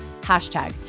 hashtag